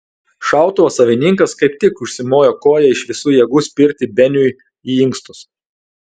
šautuvo savininkas kaip tik užsimojo koja iš visų jėgų spirti beniui į inkstus